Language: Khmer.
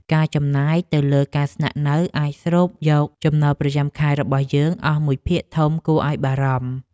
ការចំណាយទៅលើការស្នាក់នៅអាចស្រូបយកចំណូលប្រចាំខែរបស់យើងអស់មួយភាគធំគួរឱ្យបារម្ភ។